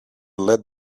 let